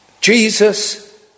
Jesus